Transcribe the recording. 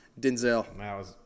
Denzel